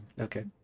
okay